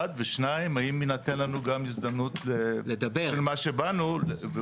אחד ושניים האם יינתן לנו גם הזדמנות בשביל מה שבאנו?